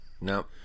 No